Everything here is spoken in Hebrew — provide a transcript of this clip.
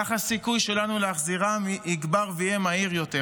כך הסיכוי שלנו להחזירם יגבר ויהיה מהיר יותר.